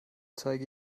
zeige